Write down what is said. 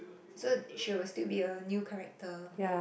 so she will still be a new character